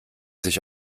sich